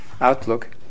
outlook